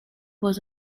was